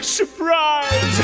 surprise